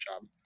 job